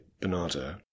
Bernardo